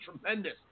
tremendous